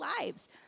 lives